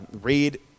Read